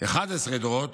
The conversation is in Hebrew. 11 דורות,